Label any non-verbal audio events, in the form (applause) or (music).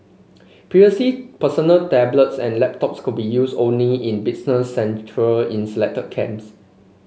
(unintelligible) personal tablets and laptops could be used only in business centre in selected camps